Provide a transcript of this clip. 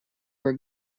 were